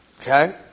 okay